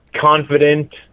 confident